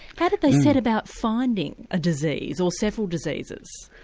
how did they set about finding a disease, or several diseases?